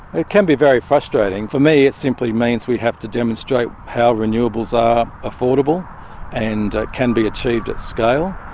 it can be very frustrating. for me, it simply means we have to demonstrate how renewables are affordable and can be achieved at scale.